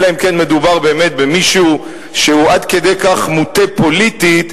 אלא אם כן מדובר באמת במישהו שהוא עד כדי כך מוטה פוליטית,